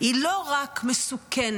היא לא רק מסוכנת,